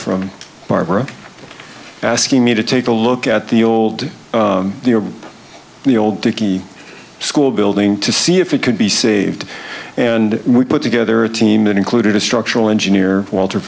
from barbara asking me to take a look at the old the old dicky school building to see if it could be saved and we put together a team that included a structural engineer walter